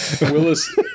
Willis